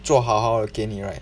做好好给你 right